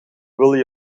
willen